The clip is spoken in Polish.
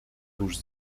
tuż